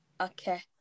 Okay